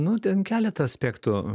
nu ten keletą aspektų